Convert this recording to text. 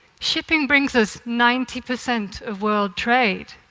shipping brings us ninety percent of world trade.